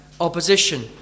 opposition